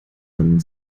man